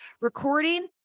recording